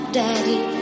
daddy